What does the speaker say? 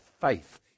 faith